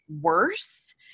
worse